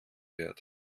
wird